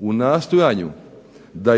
U nastojanju da